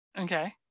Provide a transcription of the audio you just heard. Okay